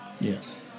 Yes